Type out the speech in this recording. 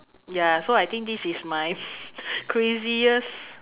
ya so I think this is my craziest